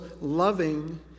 loving